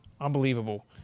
Unbelievable